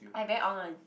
I very on [one]